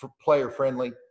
player-friendly